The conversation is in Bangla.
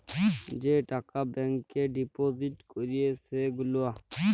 যে টাকা ব্যাংকে ডিপজিট ক্যরে সে গুলা